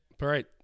right